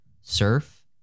Surf